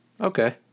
Okay